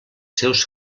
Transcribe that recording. seus